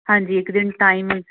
ਹਾਂਜੀ ਇਕ ਦਿਨ ਟਾਈਮ